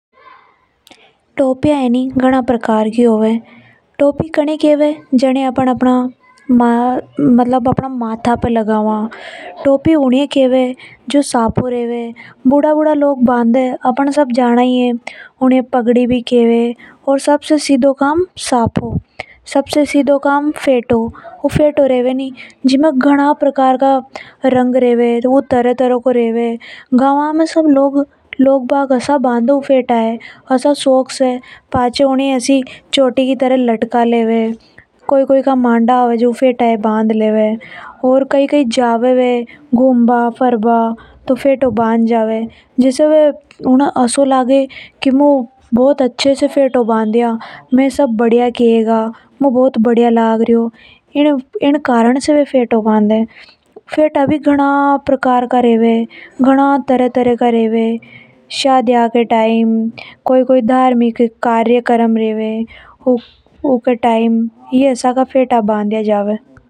टोपियां है नि घणी प्रकार की होवे टोपी उन्हें केव जीनिये अपन अपना माथा पे लगावा। बूढ़ा बूढ़ा लोग सब सआ फो भान दे ऊ भी टोपी को ही प्रकार है। ऐनी ए पगड़ी, साफो, फेटा, केव है। इनमें घणा प्रकार का रंग रेवे। गावा में सब लोग घणा शोक से बन्दे पीछे चोटी की तरह लटका लेवे। कोई कोई की शादी होवे तब भी इन्हें ही बआ दे। आसा का लोग घना बढ़िया लागे है।